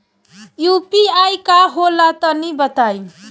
इ यू.पी.आई का होला तनि बताईं?